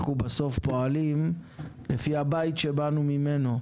אנחנו בסוף פועלים לפי הבית שבאנו ממנו,